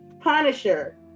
punisher